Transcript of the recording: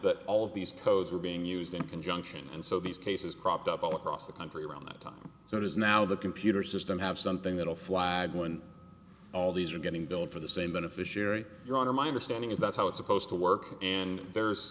that all of these codes were being used in conjunction and so these cases cropped up all across the country around the time so it is now the computer system have something that will flag when all these are getting billed for the same beneficiary your honor my understanding is that's how it's supposed to work and there's